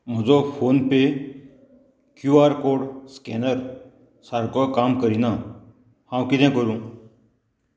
म्हजो PhonePe Q R code scanner सारको काम करिना हांव कितें करूं